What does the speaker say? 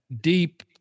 deep